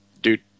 Dude